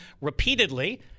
repeatedly –